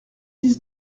dix